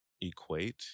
equate